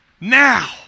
Now